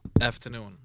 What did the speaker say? afternoon